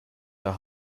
der